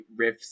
riffs